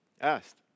Asked